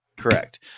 Correct